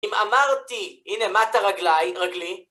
אם אמרתי, הנה מטה רגלי,